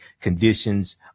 conditions